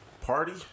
party